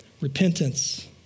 Repentance